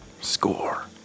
Score